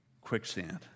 quicksand